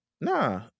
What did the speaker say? Nah